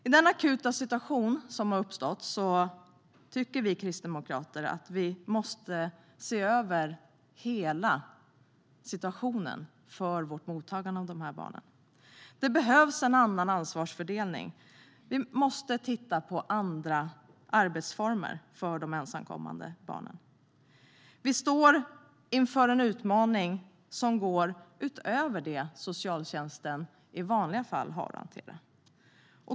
I den akuta situation som har uppstått anser Kristdemokraterna att hela situationen med mottagandet av barnen behöver ses över. Det behövs en annan ansvarsfördelning, och vi måste titta på andra arbetsformer för de ensamkommande barnen. Vi står inför en utmaning som går utöver vad socialtjänsten normalt hanterar.